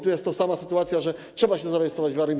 Tu jest ta sama sytuacja, że trzeba się zarejestrować w ARiMR.